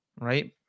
right